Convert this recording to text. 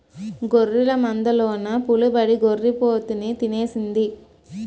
గొర్రెల మందలోన పులిబడి గొర్రి పోతుని తినేసింది